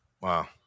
Wow